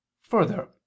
Further